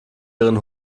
ihren